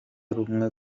rumwe